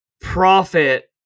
profit